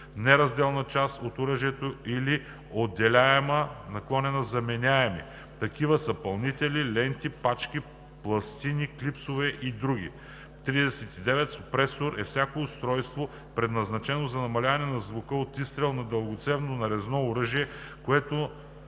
неразделна част от оръжието или отделяеми/заменяеми. Такива са пълнители, ленти, пачки, пластини, клипсове и други. 39. „Суппресор“ е всяко устройство, предназначено за намаляване на звука от изстрел на дългоцевно нарезно оръжие, като